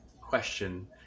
question